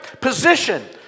position